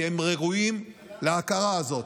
כי הם ראויים להכרה הזאת.